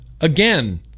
Again